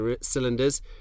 cylinders